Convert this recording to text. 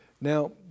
Now